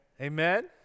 Amen